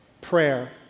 prayer